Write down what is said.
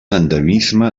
endemisme